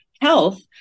health